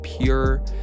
Pure